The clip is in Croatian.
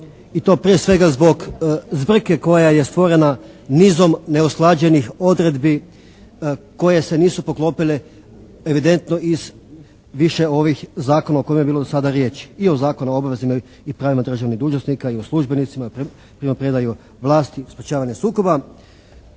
i to prije svega zbog zbrke koja je stvorena nizom neusklađenih odredbi koje se nisu poklopile evidentno iz više ovih zakona o kojima je bilo do sada riječi, i o Zakonu o obvezama i pravima državnih dužnosnika i o službenicima, primopredaji vlasti, sprječavanju sukoba.